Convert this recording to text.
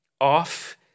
off